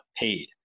paid